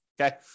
Okay